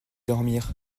dormir